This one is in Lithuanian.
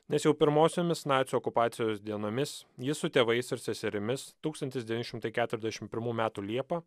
nes jau pirmosiomis nacių okupacijos dienomis ji su tėvais ir seserimis tūkstantis devyni šimtai keturiasdešim pirmų metų liepą